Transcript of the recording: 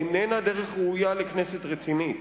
איננה דרך ראויה לכנסת רצינית.